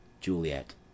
Juliet